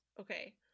Okay